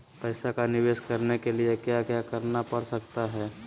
पैसा का निवेस करने के लिए क्या क्या करना पड़ सकता है?